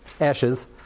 ashes